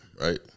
right